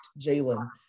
Jalen